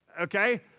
Okay